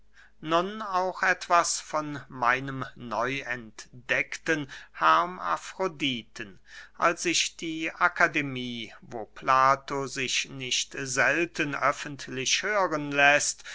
nun auch etwas von meinem neuentdeckten hermafroditen als ich die akademie wo plato sich nicht selten öffentlich hören läßt